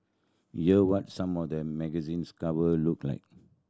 here what some of the magazines cover looked like